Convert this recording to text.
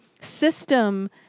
system